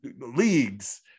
Leagues